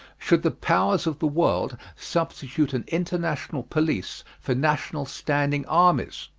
should the powers of the world substitute an international police for national standing armies?